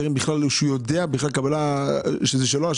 טרם זה שהשטח של קבלן מסוים.